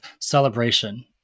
celebration